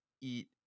eat